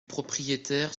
propriétaire